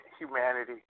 humanity